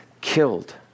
killed